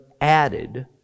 added